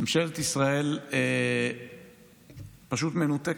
ממשלת ישראל פשוט מנותקת,